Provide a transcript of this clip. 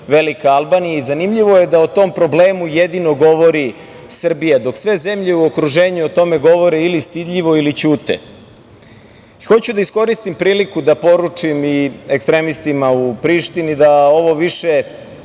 velika Albanija. Zanimljivo je da o tom problemu jedino govori Srbija, dok sve zemlje u okruženju o tome govore ili stidljivo ili ćute. Hoću da iskoristim priliku i da poručim i ekstremistima u Prištini da ovo više,